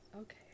okay